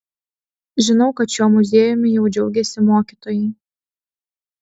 žinau kad šiuo muziejumi jau džiaugiasi mokytojai